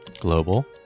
global